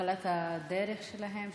שבתחילת הדרך שלהם,